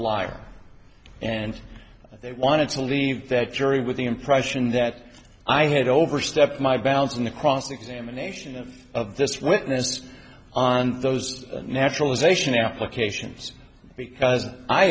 liar and they wanted to leave that jury with the impression that i had overstepped my bounds in the cross examination of this witness on those naturalization applications because i